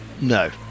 No